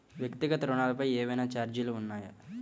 వ్యక్తిగత ఋణాలపై ఏవైనా ఛార్జీలు ఉన్నాయా?